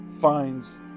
finds